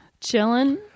chilling